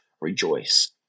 rejoice